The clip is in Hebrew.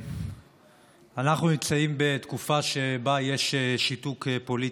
אנחנו נמצאים בתקופה שבה יש שיתוק פוליטי,